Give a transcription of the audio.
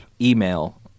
email